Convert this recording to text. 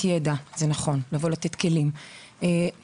אנחנו כן צריכים לתת ידע וכלים, זה נכון.